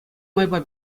майпа